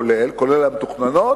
כולל, כולל המתוכננות,